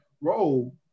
role